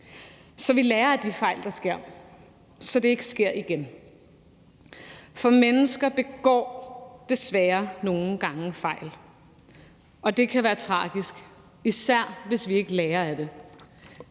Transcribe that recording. så vi lærer af de fejl, der sker, så de ikke sker igen, for mennesker begår desværre nogle gange fejl, og det kan være tragisk, især hvis vi ikke lærer af det.